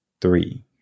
three